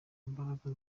mbaraga